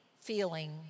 feeling